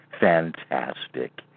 fantastic